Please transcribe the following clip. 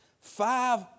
Five